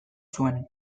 zuen